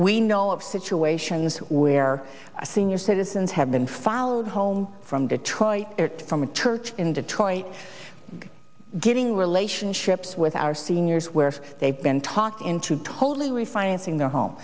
we know of situations where senior citizens have been followed home from detroit from a church in detroit getting relationships with our seniors where they've been talked into totally refinancing their home